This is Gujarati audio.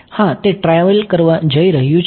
હા તે ટ્રાવેલ કરવા જય રહ્યું છે